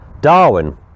darwin